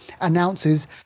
announces